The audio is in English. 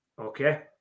okay